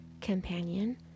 Companion